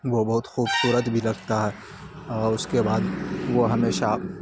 وہ بہت خوبصورت بھی لگتا ہے اور اس کے بعد وہ ہمیشہ